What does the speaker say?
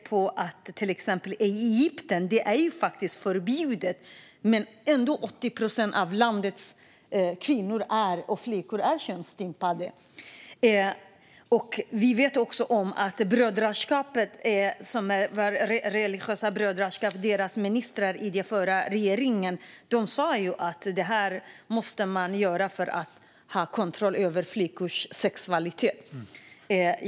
I till exempel Egypten är könsstympning faktiskt förbjuden, men ändå är 80 procent av landets kvinnor och flickor könsstympade. Det religiösa brödraskapets ministrar i den förra regeringen sa att det här måste man göra för att ha kontroll över flickors sexualitet.